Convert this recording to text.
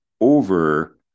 over